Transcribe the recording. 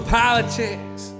politics